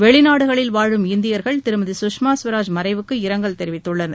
வெளிநாடுகளில் வாழும் இந்தியர்கள் திருமதி கஷ்மா கவராஜ் மறைவுக்கு இரங்கல் தெரிவித்துள்ளனர்